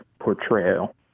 portrayal